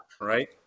Right